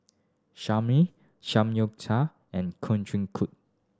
Salami Samgyeopsal and Kushikatsu